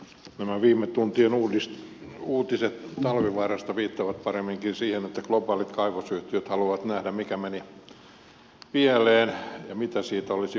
nämä viime tuntien uutiset talvivaarasta viittaavat paremminkin siihen että globaalit kaivosyhtiöt haluavat nähdä mikä meni pieleen ja mitä siitä olisi opittavissa